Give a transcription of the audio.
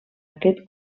aquest